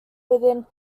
within